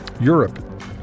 Europe